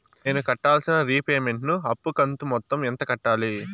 నేను కట్టాల్సిన రీపేమెంట్ ను అప్పు కంతు మొత్తం ఎంత కట్టాలి?